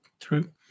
True